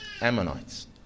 Ammonites